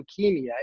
leukemia